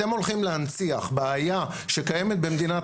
אתם הולכים להנציח בעיה שקיימת במדינת